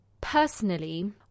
Personally